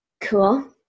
Cool